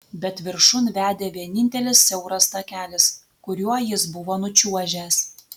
bet viršun vedė vienintelis siauras takelis kuriuo jis buvo nučiuožęs